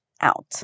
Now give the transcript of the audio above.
out